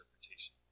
interpretation